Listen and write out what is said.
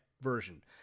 version